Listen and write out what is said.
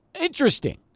interesting